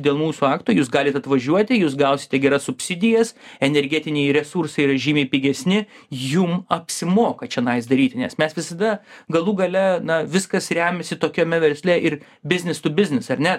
dėl mūsų akto jūs galit atvažiuoti jūs gausite geras subsidijas energetiniai resursai yra žymiai pigesni jum apsimoka čionais daryti nes mes visada galų gale na viskas remiasi tokiame versle ir biznistu biznis ar ne